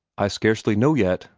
i scarcely know yet,